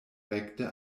rekte